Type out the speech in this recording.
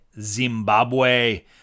Zimbabwe